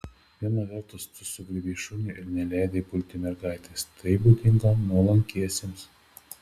viena vertus tu sugriebei šunį ir neleidai pulti mergaitės tai būdinga nuolankiesiems